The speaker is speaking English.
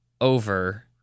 over